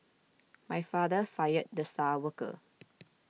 my father fired the star worker